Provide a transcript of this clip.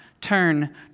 turn